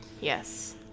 Yes